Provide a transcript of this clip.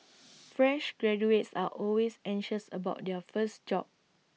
fresh graduates are always anxious about their first job